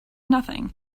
nothing